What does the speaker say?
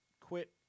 quit